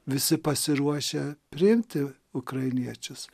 visi pasiruošę priimti ukrainiečius